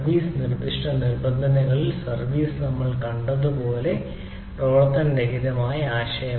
service നിർദ്ദിഷ്ട നിബന്ധനകളിലെ service നമ്മൾ കണ്ടതുപോലെയുള്ള പ്രവർത്തനരഹിതമായ ആശയം